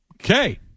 Okay